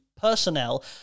personnel